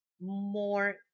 more